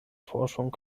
forschung